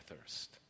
thirst